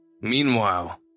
Meanwhile